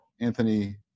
Anthony